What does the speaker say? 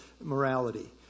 morality